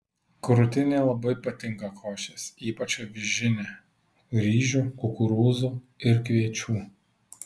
krūtinei labai patinka košės ypač avižinė ryžių kukurūzų ir kviečių